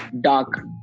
dark